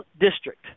district